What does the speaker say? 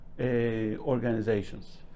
organizations